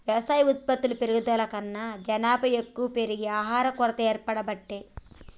వ్యవసాయ ఉత్పత్తులు పెరుగుడు కన్నా జనాభా ఎక్కువ పెరిగి ఆహారం కొరత ఏర్పడబట్టే